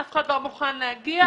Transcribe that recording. אף אחד לא מוכן להגיע .